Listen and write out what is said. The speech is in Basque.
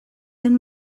den